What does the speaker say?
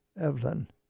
Evelyn